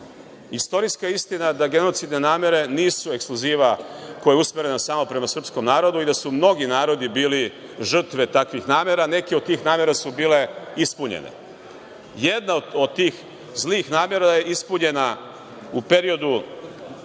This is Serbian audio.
Istorijska je istina da genocidne namere nisu ekskluziva koja je usmerena samo prema srpskom narodu i da su mnogi narodi bili žrtve takvih namera, a neke od tih namera su bile ispunjene. Jedna od tih zlih namera je ispunjena u periodu